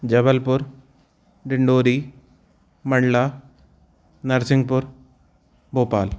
Jabalpur Dindori Mandla Narsinghpur Bhopal